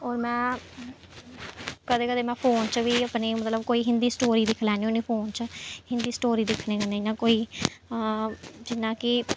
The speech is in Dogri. होर में कदें कदें में फोन च बी अपनी मतलब कोई हिंदी स्टोरी दिक्खी लैन्नी होन्नीं फोन च हिंदी स्टोरी दिक्खने कन्नै इ'यां कोई जि'यां कि